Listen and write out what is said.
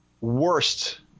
worst